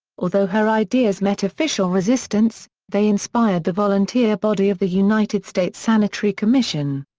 although her ideas met official resistance, they inspired the volunteer body of the united states sanitary commission.